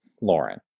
Lauren